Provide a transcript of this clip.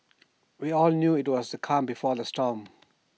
we all knew IT was the calm before the storm